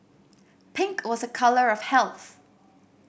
pink was a colour of health